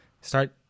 Start